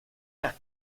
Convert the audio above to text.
las